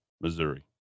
Missouri